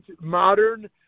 Modern